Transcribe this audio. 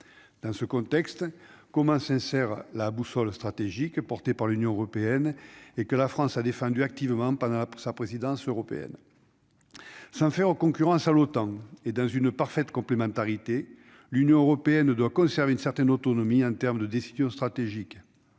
dans ce contexte comme sincère, la boussole stratégique porté par l'Union européenne et que la France a défendu activement pendant sa présidence européenne, ça fait en concurrence à l'OTAN et, dans une parfaite complémentarité, l'Union européenne doit conserver une certaine autonomie, un terme de décisions stratégiques